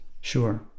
sure